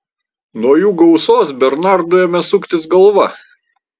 nuo jų gausos bernardui ėmė suktis galva